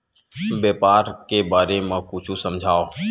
व्यापार के बारे म कुछु समझाव?